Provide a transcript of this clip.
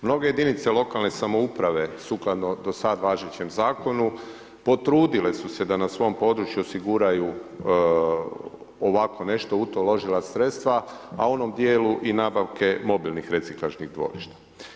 Mnoge jedinice lokalne samouprave sukladno do sada važećem zakonu potrudile su se da na svom području osiguraju ovako nešto, u to uložila sredstva a u onom dijelu i nabavke mobilnih reciklažnih dvorišta.